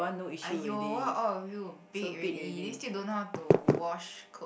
!aiyo! why all of you big already then still don't know how to wash clothes